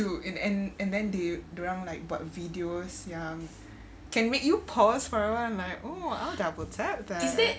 too and and and then they dia orang like buat videos yang can make you pause for a while and like oh I'll double tap that